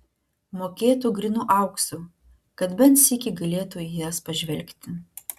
mokėtų grynu auksu kad bent sykį galėtų į jas pažvelgti